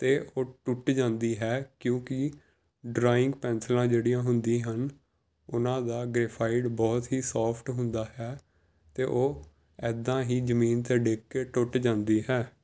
ਅਤੇ ਉਹ ਟੁੱਟ ਜਾਂਦੀ ਹੈ ਕਿਉਂਕਿ ਡਰਾਇੰਗ ਪੈਨਸਲਾਂ ਜਿਹੜੀਆਂ ਹੁੰਦੀਆਂ ਹਨ ਉਹਨਾਂ ਦਾ ਗਰੇਫਾਈਡ ਬਹੁਤ ਹੀ ਸੋਫਟ ਹੁੰਦਾ ਹੈ ਅਤੇ ਉਹ ਇੱਦਾਂ ਹੀ ਜ਼ਮੀਨ 'ਤੇ ਡਿੱਗ ਕੇ ਟੁੱਟ ਜਾਂਦੀ ਹੈ